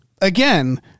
again